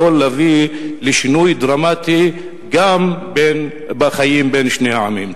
יכול להביא לשינוי דרמטי גם בחיים בין שני העמים.